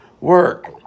work